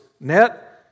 net